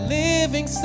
living